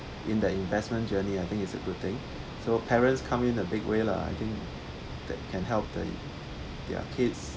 in the investment journey I think it's a good thing so parents come in a big way lah I think that can help them their kids